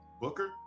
Booker